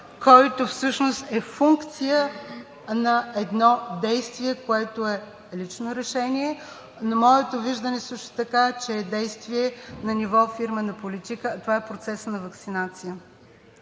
който всъщност е функция на едно действие, което е лично решение. Моето виждане също така е, че е действие на ниво фирмена политика – това е процесът на ваксинация.